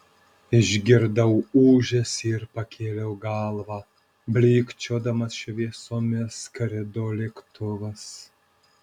išgirdau ūžesį ir pakėliau galvą blykčiodamas šviesomis skrido lėktuvas